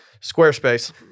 squarespace